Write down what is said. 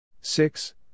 six